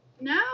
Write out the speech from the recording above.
No